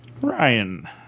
Ryan